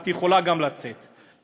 אולי תזמיני איזה, או משהו?